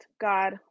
God